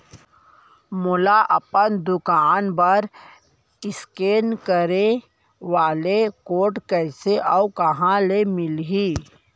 मोला अपन दुकान बर इसकेन करे वाले कोड कइसे अऊ कहाँ ले मिलही?